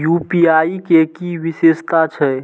UPI के कि विषेशता छै?